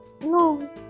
No